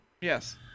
Yes